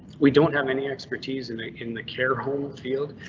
we don't have any expertise in in the care home field.